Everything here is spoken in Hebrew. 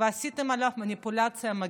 ועשיתם עליו מניפולציה מגעילה.